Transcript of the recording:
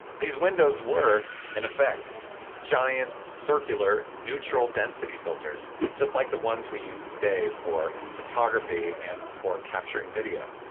these windows were in effect giant circular neutral density filters just like the ones we use today for photography and for capturing video.